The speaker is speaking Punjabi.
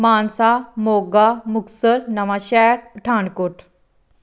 ਮਾਨਸਾ ਮੋਗਾ ਮੁਕਤਸਰ ਨਵਾਂ ਸ਼ਹਿਰ ਪਠਾਨਕੋਟ